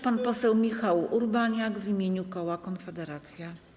Pan poseł Michał Urbaniak w imieniu koła Konfederacja.